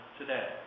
today